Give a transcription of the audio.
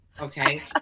Okay